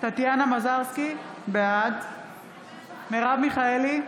טטיאנה מזרסקי, בעד מרב מיכאלי,